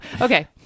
Okay